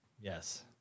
Yes